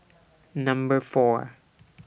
Number four